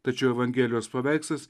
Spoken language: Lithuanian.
tačiau evangelijos paveikslas